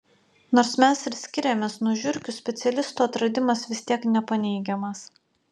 nors mes ir skiriamės nuo žiurkių specialistų atradimas vis tiek nepaneigiamas